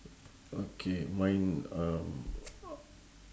okay mine um